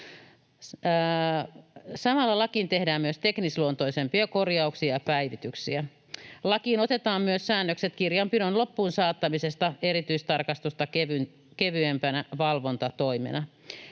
Samalla lakiin tehdään myös teknisluontoisempia korjauksia ja päivityksiä. Lakiin otetaan myös säännökset kirjanpidon loppuunsaattamisesta erityistarkastusta kevyempänä valvontatoimena.